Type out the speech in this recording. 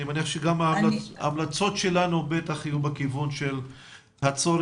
אני מניח שגם ההמלצות שלנו בטח יהיו בכיוון של הצורך